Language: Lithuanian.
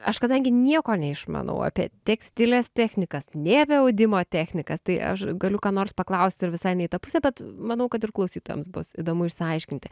aš kadangi nieko neišmanau apie tekstilės technikas nei apie audimo technikas tai aš galiu ką nors paklausti ir visai ne į tą pusę bet manau kad ir klausytojams bus įdomu išsiaiškinti